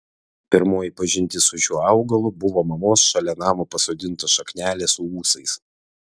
pirmoji pažintis su šiuo augalu buvo mamos šalia namo pasodinta šaknelė su ūsais